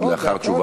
סגן השר?